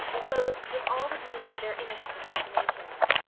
clothed with all the beauty of their innocent imaginations.